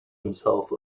himself